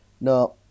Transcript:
no